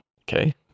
okay